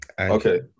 Okay